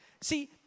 See